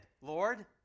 Lord